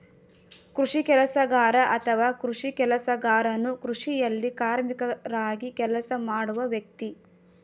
ಕೃಷಿ ಕೆಲಸಗಾರ ಅಥವಾ ಕೃಷಿ ಕೆಲಸಗಾರನು ಕೃಷಿಯಲ್ಲಿ ಕಾರ್ಮಿಕರಾಗಿ ಕೆಲಸ ಮಾಡುವ ವ್ಯಕ್ತಿ